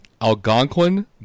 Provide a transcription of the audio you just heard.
Algonquin